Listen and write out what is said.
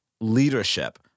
leadership